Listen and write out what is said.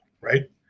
right